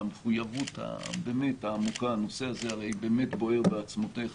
המחויבות העמוקה באמת הנושא הזה הרי באמת בוער בעצמותיך